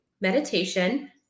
meditation